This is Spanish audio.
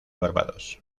barbados